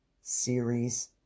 series